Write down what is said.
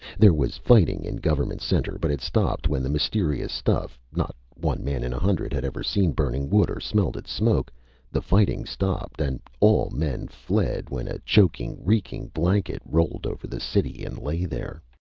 there was fighting in government center, but it stopped when the mysterious stuff not one man in a hundred had ever seen burning wood or smelled its smoke the fighting stopped and all men fled when a choking, reeking blanket rolled over the city and lay there.